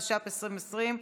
התש"ף 2020,